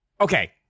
okay